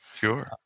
sure